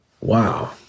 Wow